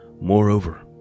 Moreover